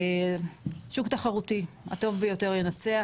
שוק תחרותי הטוב ביותר ינצח,